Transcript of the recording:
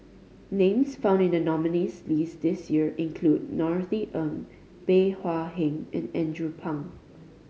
names found in the nominees' list this year include Norothy Ng Bey Hua Heng and Andrew Phang